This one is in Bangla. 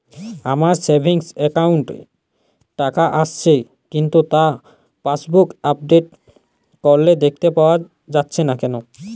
আমার সেভিংস একাউন্ট এ টাকা আসছে কিন্তু তা পাসবুক আপডেট করলে দেখতে পাওয়া যাচ্ছে না কেন?